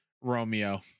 romeo